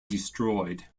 destroyed